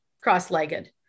cross-legged